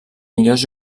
millors